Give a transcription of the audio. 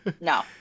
No